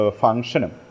function